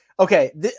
Okay